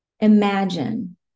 Imagine